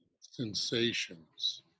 sensations